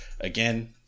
Again